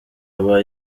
aba